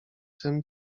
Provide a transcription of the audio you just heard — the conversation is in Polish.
tym